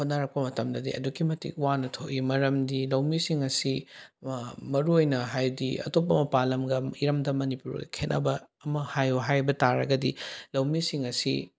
ꯍꯣꯠꯅꯔꯛꯄ ꯃꯇꯝꯗꯗꯤ ꯑꯗꯨꯛꯀꯤ ꯃꯇꯤꯛ ꯋꯥꯅ ꯊꯣꯛꯏ ꯃꯔꯝꯗꯤ ꯂꯧꯃꯤꯁꯤꯡ ꯑꯁꯤ ꯃꯔꯨ ꯑꯣꯏꯅ ꯍꯥꯏꯗꯤ ꯑꯇꯣꯞꯄ ꯃꯄꯥꯜ ꯂꯝꯒ ꯏꯔꯝꯗꯃ ꯃꯅꯤꯄꯨꯔꯒ ꯈꯦꯅꯕ ꯑꯃ ꯍꯥꯏꯌꯨ ꯍꯥꯏꯕ ꯇꯥꯔꯒꯗꯤ ꯂꯧꯃꯤꯁꯤꯡ ꯑꯁꯤ